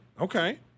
Okay